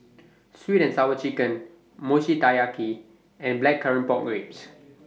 Sweet and Sour Chicken Mochi Taiyaki and Blackcurrant Pork Ribs